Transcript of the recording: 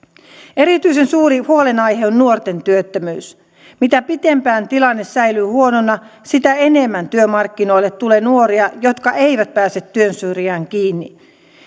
erityisen suuri huolenaihe on nuorten työttömyys mitä pitempään tilanne säilyy huonona sitä enemmän työmarkkinoille tulee nuoria jotka eivät pääse työn syrjään kiinni